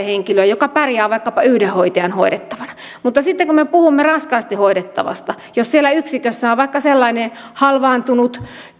henkilöön joka pärjää vaikkapa yhden hoitajan hoidettavana mutta sitten kun me puhumme raskaasti hoidettavasta eli jos siellä yksikössä on vaikka sellainen halvaantunut